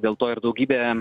dėl to ir daugybė